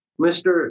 Mr